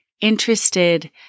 interested